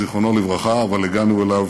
זיכרונו לברכה, הגענו אליו